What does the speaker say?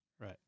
Right